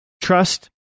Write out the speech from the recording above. trust